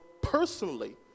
personally